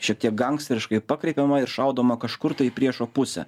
šiek tiek ganksteriškai pakreipiama ir šaudoma kažkur tai į priešo pusę